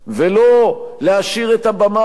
ולא להשאיר את הבמה,